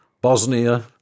Bosnia